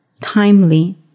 timely